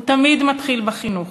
אני אומרת: השילוב תמיד מתחיל בחינוך.